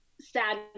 sad